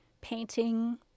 painting